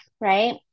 right